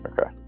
Okay